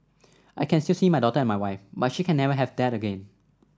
I can still see my daughter and my wife but she can never have that again